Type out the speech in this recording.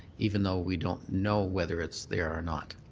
even though we don't know whether it's there or not.